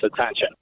attention